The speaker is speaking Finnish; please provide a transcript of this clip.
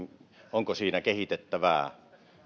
onko siinä kehitettävää